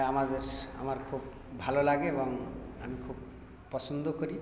আমার বেশ আমার খুব ভালো লাগে এবং আমি খুব পছন্দ করি